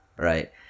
right